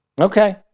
Okay